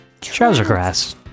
Trousergrass